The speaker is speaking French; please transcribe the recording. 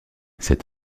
cet